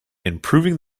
improving